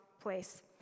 place